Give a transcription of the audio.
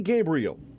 Gabriel